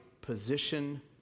position